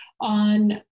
on